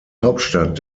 hauptstadt